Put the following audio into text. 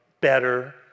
better